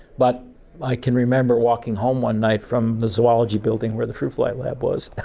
but i can remember walking home one night from the zoology building where the fruit fly lab was